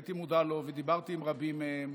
הייתי מודע לו, ודיברתי עם רבים מהם,